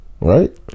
Right